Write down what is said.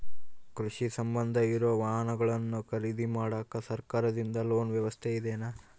ಕೃಷಿಗೆ ಸಂಬಂಧ ಇರೊ ವಾಹನಗಳನ್ನು ಖರೇದಿ ಮಾಡಾಕ ಸರಕಾರದಿಂದ ಲೋನ್ ವ್ಯವಸ್ಥೆ ಇದೆನಾ?